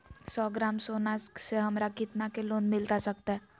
सौ ग्राम सोना से हमरा कितना के लोन मिलता सकतैय?